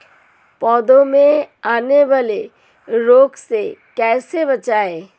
पौधों में आने वाले रोग से कैसे बचें?